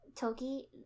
Toki